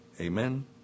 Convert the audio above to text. Amen